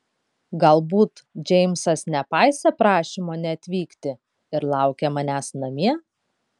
galbūt džeimsas nepaisė prašymo neatvykti ir laukia manęs namie